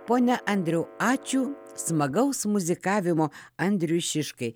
pone andriau ačiū smagaus muzikavimo andriui šiškai